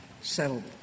settlement